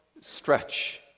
stretch